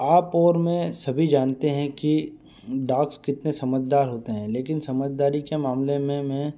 आप और मैं सभी जानते हैं कि डॉग्स कितने समझदार होते हैं लेकिन समझदारी के मामले में मैं